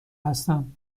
هستم